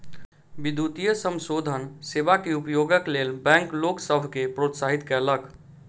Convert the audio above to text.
विद्युतीय समाशोधन सेवा के उपयोगक लेल बैंक लोक सभ के प्रोत्साहित कयलक